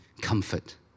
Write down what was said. comfort